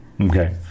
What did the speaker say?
Okay